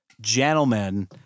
gentlemen